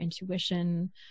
intuition